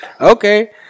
Okay